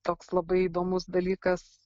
toks labai įdomus dalykas